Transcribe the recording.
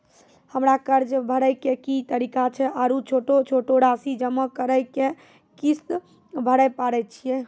हमरा कर्ज भरे के की तरीका छै आरू छोटो छोटो रासि जमा करि के किस्त भरे पारे छियै?